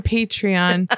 Patreon